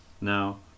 Now